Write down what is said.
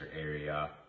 area